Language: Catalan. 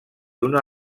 una